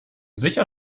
sicher